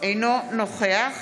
אינו נוכח